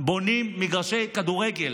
בונים מגרשי כדורגל.